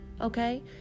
Okay